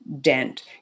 dent